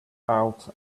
out